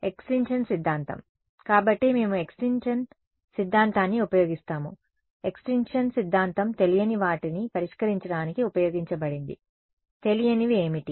extinction సిద్ధాంతం కాబట్టి మేము ఎక్స్టింక్షన్ సిద్ధాంతాన్ని ఉపయోగిస్తాము ఎక్స్టింక్షన్ సిద్ధాంతం తెలియని వాటిని పరిష్కరించడానికి ఉపయోగించబడింది తెలియనివి ఏమిటి